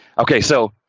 okay. so,